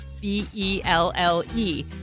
B-E-L-L-E